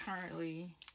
currently